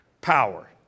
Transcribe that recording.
Power